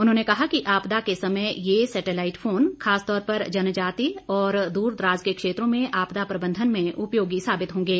उन्होंने कहा कि आपदा के समय ये सैटेलाईट फोन खासतौर पर जनजातीय और दूरदराज के क्षेत्रों में आपदा प्रबंधन में उपयोगी साबित होंगे